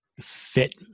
fit